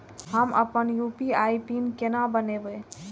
हम अपन UPI pin केना बनैब?